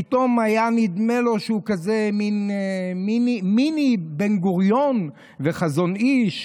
פתאום היה נדמה לי שהוא כזה מין מיני בן-גוריון וחזון איש.